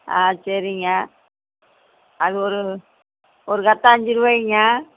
ஆ சரிங்க அது ஒரு ஒரு கட்டு அஞ்சுருவாயிங்க